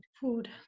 Food